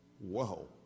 Whoa